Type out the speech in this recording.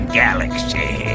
galaxy